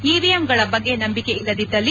EVM ಗಳ ಬಗ್ಗೆ ನಂಬಿಕೆ ಇಲ್ಲದಿದ್ದಲ್ಲಿ